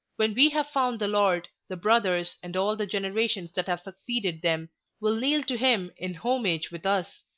when we have found the lord, the brothers, and all the generations that have succeeded them will kneel to him in homage with us.